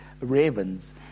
ravens